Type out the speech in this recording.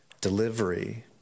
delivery